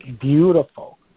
beautiful